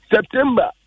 September